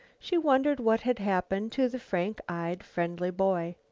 she wondered what had happened to the frank-eyed, friendly boy.